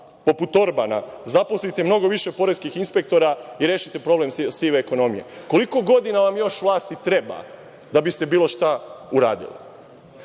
poput Orbana, zaposlite mnogo više poreskih inspektora i rešiti problem sive ekonomije. Koliko godina vam još vlasti treba da biste bilo šta uradili.